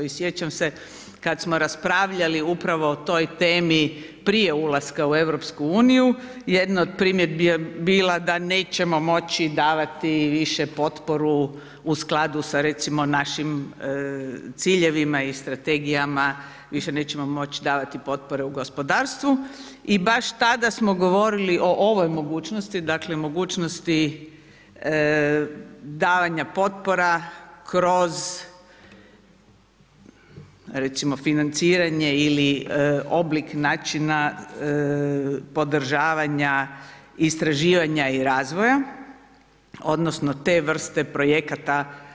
I sjećam se kada smo raspravljali upravo o toj temi prije ulaska u EU, jedna od primjedbi je bila da nećemo moći davati više potporu u skladu sa recimo našim ciljevima i strategijama, više nećemo moći davati potpore u gospodarstvu i baš tada smo govorili o ovoj mogućnosti dakle mogućnosti davanja potpora kroz recimo financiranje ili oblik načina podržavanja istraživanja i razvoja odnosno te vrste projekata.